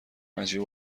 عجیب